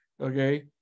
Okay